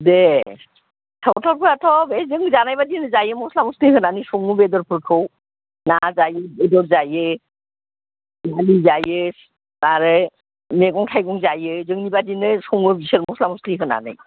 दे सावथालफ्राथ' बे जों जानाय बायदिनो जायो मस्ला मस्लि होनानै सङो बेदरफोरखौ ना जायो बेदर जायो जायो आरो मैगं थाइगं जायो जोंनि बायदिनो सङो बिसोरबो मस्ला मस्लि होनानै